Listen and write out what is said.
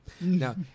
Now